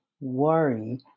worry